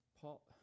Paul